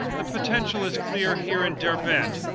the potential is clear here in derbent,